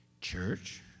Church